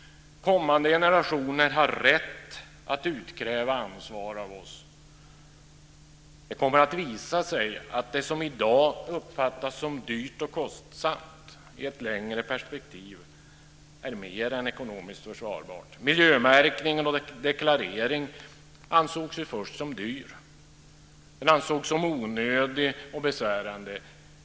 Kommande generationer har rätt att utkräva ansvar av oss. Det kommer att visa sig att det som i dag uppfattas som dyrt, som kostsamt, i ett längre perspektiv är mer än ekonomiskt försvarbart. Miljömärkning och deklarering ansågs ju först som dyrt och också som onödigt och besvärande.